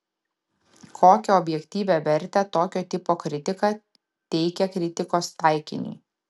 kokią objektyvią vertę tokio tipo kritika teikia kritikos taikiniui